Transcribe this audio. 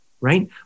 right